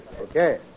Okay